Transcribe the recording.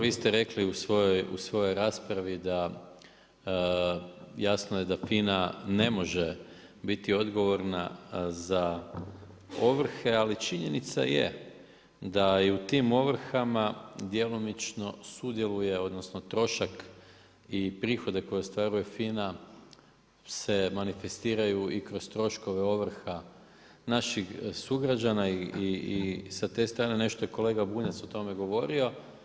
Vi ste rekli u svojoj raspravi da jasno je da FINA ne može biti odgovorna za ovrhe, ali činjenica je da i u tim ovrhama djelomično sudjeluje, odnosno trošak i prihode koje ostvaruje FINA se manifestiraju i kroz troškove ovrha naših sugrađana i sa te strane je nešto i kolega Bunjac o tome govorio.